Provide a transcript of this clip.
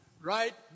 right